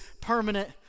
permanent